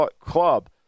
club